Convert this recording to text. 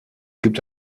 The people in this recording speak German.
gibt